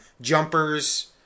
Jumpers